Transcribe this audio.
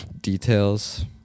details